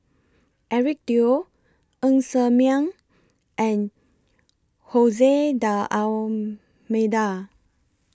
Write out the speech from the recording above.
Eric Teo Ng Ser Miang and Jose D'almeida